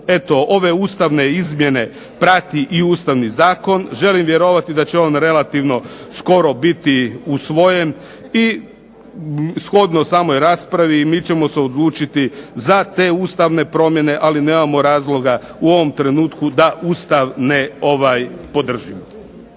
eto ove ustavne izmjene prati i Ustavni zakon. Želim vjerovati da će on relativno skoro biti usvojen i shodno samoj raspravi mi ćemo se odlučiti za te ustavne promjene, ali nemamo razloga u ovom trenutku da Ustav ne podržimo.